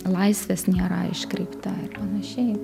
laisvės nėra iškreipta ar panašiai